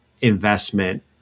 investment